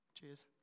Cheers